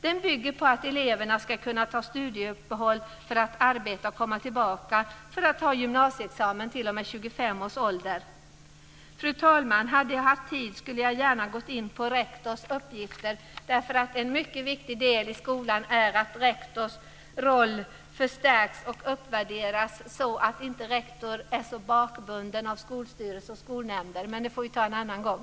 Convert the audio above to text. Det bygger på att eleverna ska kunna ta studieuppehåll för att arbeta och komma tillbaka för att ta gymnasieexamen t.o.m. 25 års ålder. Fru talman! Hade jag haft tid skulle jag gärna ha gått in på rektors uppgifter. En mycket viktig del i skolan är att rektors roll förstärks och uppvärderas så att rektor inte är så bakbunden av skolstyrelse och skolnämnder. Men det får vi ta en annan gång.